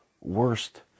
worst